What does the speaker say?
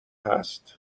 هست